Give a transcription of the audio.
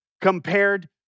compared